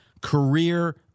Career